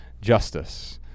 Justice